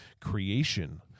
creation